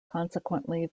consequently